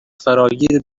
فراگیر